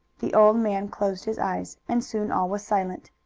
the old man closed his eyes, and soon all was silent.